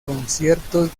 conciertos